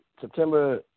September